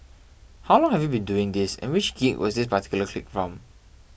how long have you been doing this and which gig was this particular clip from